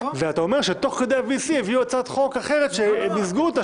ואתה אומר שתוך כדי ה-VC הביאו הצעת חוק אחרת שמיזגו אותה,